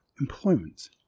Employment